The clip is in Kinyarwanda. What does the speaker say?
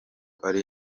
ari